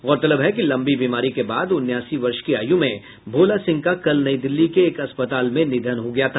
गौरतलब है कि लंबी बीमारी के बाद उन्यासी वर्ष की आयु में भोला सिंह का कल नई दिल्ली के एक अस्पताल में निधन हो गया था